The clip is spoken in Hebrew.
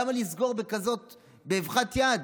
למה לסגור באבחת יד?